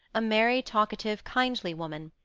a merry, talkative, kindly woman.